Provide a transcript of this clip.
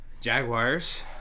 Jaguars